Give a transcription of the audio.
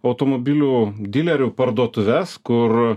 automobilių dilerių parduotuves kur